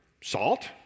salt